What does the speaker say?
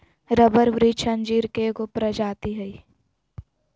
rubber वृक्ष अंजीर के एगो प्रजाति हइ